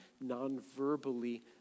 non-verbally